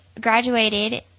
graduated